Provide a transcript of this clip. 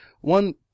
one